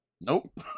nope